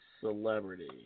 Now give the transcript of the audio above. celebrity